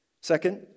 Second